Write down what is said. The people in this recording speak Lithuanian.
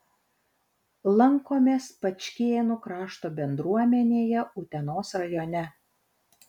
lankomės pačkėnų krašto bendruomenėje utenos rajone